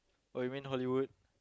oh you mean Hollywood